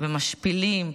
משפילים,